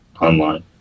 online